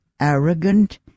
arrogant